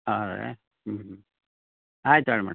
ಹೌದ್ ರೀ ಹ್ಞೂ ಹ್ಞೂ ಆಯ್ತು ತೊಗೊಳ್ಳಿ ಮೇಡಮ್